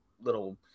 little